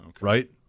right